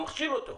אני מכשיל אותו.